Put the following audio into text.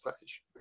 page